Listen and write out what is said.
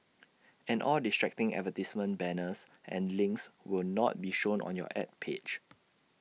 and all distracting advertising banners and links will not be shown on your Ad page